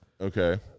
Okay